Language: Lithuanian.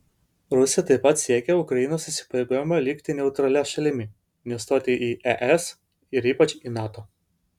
rusija taip pat siekia ukrainos įsipareigojimo likti neutralia šalimi nestoti į es ir ypač į nato